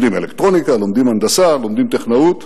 לומדים אלקטרוניקה, לומדים הנדסה, לומדים טכנאות,